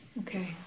Okay